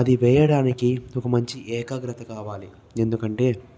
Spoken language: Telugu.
అది వేయడానికి ఒక మంచి ఏకాగ్రత కావాలి ఎందుకంటే